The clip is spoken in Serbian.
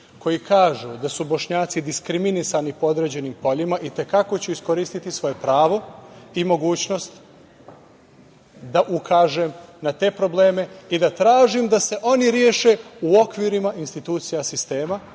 koji kažu da su Bošnjaci diskriminisani po određenim poljima i te kako ću iskoristiti svoje pravo i mogućnost da ukažem na te probleme i da tražim da se oni reše u okvirima institucija sistema,